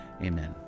amen